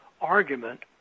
argument